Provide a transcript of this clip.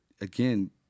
again